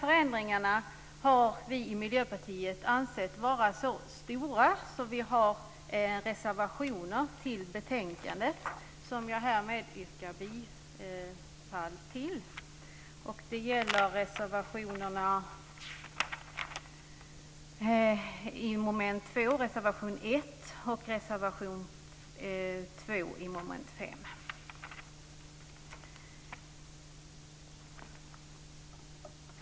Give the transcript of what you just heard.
Förändringarna har vi i Miljöpartiet ansett vara så stora att vi har fogat reservationer till betänkandet, som jag härmed yrkar bifall till.